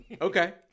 Okay